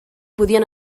podien